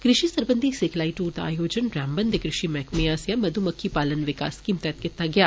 कृशि सरबंधी सिखलाई टूर दा आयोजन रामबन दे कृशि मैहकमें आस्सेआ मधुमक्खी पालन विकास स्कीम तैहत कीता गेआ